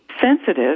sensitive